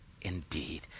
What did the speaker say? indeed